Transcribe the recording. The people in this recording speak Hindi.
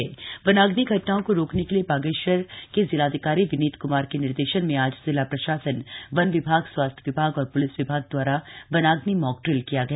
वन विभाग मॉक ड्रिल वनाग्नि घटनाओं को रोकने के लिए बागेश्वर के जिलाधिकारी विनीत कुमार के निर्देशन में आज जिला प्रशासन वन विभाग स्वास्थ्य विभाग और पुलिस विभाग द्वारा वनाग्नि मॉक ड्रिल किया गया